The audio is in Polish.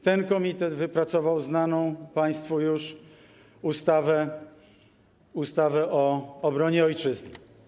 Ten komitet wypracował znaną państwu już ustawę o obronie ojczyzny.